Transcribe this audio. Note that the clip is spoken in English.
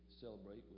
celebrate